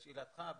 לשאלתך,